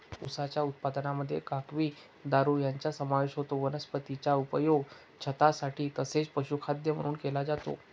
उसाच्या उत्पादनामध्ये काकवी, दारू यांचा समावेश होतो वनस्पतीचा उपयोग छतासाठी तसेच पशुखाद्य म्हणून केला जातो